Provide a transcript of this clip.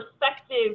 perspective